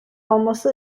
alması